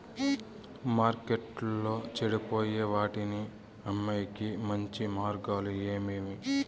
మార్కెట్టులో చెడిపోయే వాటిని అమ్మేకి మంచి మార్గాలు ఏమేమి